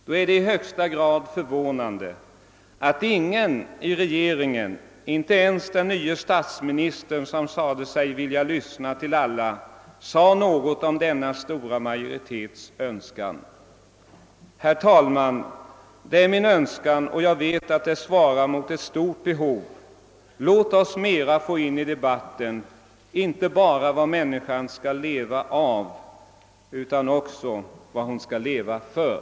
Då är det i högsta grad förvånande att ingen i regeringen — inte ens den nye statsministern, som sagt sig vilja lyssna till alla — sagt något om denna stora majoritets önskan. Herr talman! Det är min önskan — och jag vet att den svarar mot ett stort behov — att vi måtte få in mera i debatten inte bara om vad människan skall leva av utan också om vad hon skall leva för.